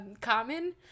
common